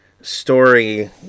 story